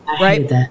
Right